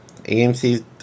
amc